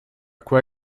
quoi